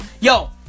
Yo